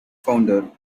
founder